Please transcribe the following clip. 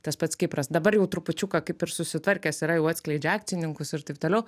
tas pats kipras dabar jau trupučiuką kaip ir susitvarkęs yra jau atskleidžia akcininkus ir taip toliau